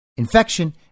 infection